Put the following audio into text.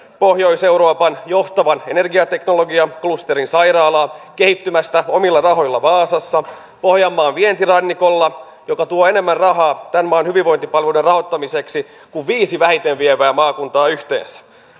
pohjois euroopan johtavan energiateknologiaklusterin sairaalaa kehittymästä omilla rahoilla vaasassa pohjanmaan vientirannikolla joka tuo enemmän rahaa tämän maan hyvinvointipalveluiden rahoittamiseksi kuin viisi vähiten vievää maakuntaa yhteensä